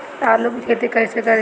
आलू की खेती कइसे कइल जाला?